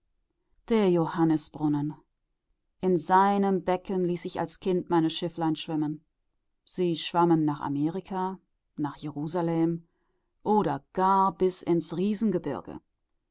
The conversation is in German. der johannisbrunnen in seinem becken ließ ich als kind meine schifflein schwimmen sie schwammen nach amerika nach jerusalem oder gar bis ins